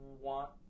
want